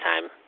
time